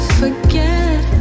forget